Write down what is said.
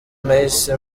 nahise